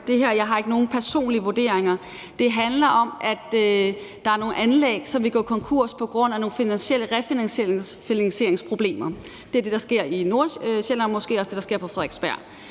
jeg ikke nogen personlige vurderinger. Det handler om, at der er nogle anlæg, som vil gå konkurs på grund af nogle refinansieringsproblemer – det er det, der sker i Nordsjælland, og måske også det, der sker på Frederiksberg.